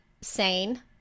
sane